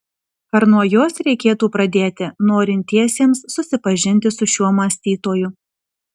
ar nuo jos reikėtų pradėti norintiesiems susipažinti su šiuo mąstytoju